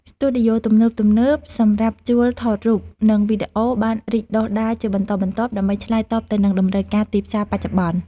ស្ទូឌីយោទំនើបៗសម្រាប់ជួលថតរូប និងវីដេអូបានរីកដុះដាលជាបន្តបន្ទាប់ ដើម្បីឆ្លើយតបទៅនឹងតម្រូវការទីផ្សារបច្ចុប្បន្ន។